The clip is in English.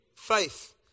Faith